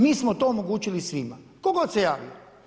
Mi smo to omogućili svima tko god se javio.